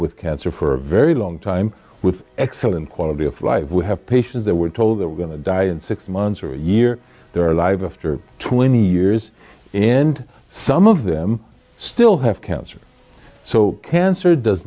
with cancer for a very long time with excellent quality of life we have patients that were told they were going to die in six months or a year they're alive after twenty years and some of them still have cancer so cancer does